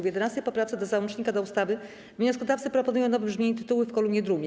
W 11. poprawce do załącznika do ustawy wnioskodawcy proponują nowe brzmienie tytułu w kolumnie drugiej.